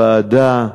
ועדה.